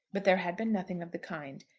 but there had been nothing of the kind.